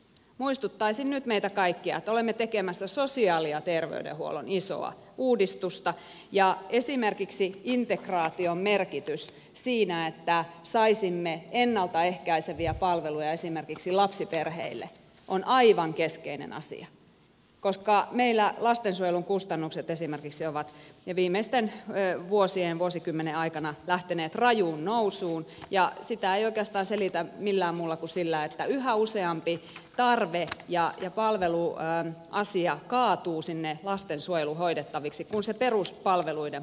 muistuttaisin nyt meitä kaikkia että olemme tekemässä sosiaali ja terveydenhuollon isoa uudistusta ja esimerkiksi integraation merkitys siinä että saisimme ennalta ehkäiseviä palveluja esimerkiksi lapsiperheille on aivan keskeinen asia koska meillä esimerkiksi lastensuojelun kustannukset ovat viimeisten vuosien ja vuosikymmenen aikana lähteneet rajuun nousuun ja sitä ei oikeastaan selitä millään muulla kuin sillä että yhä useampi tarve ja palveluasia kaatuu sinne lastensuojelun hoidettavaksi kun se peruspalveluiden puoli pettää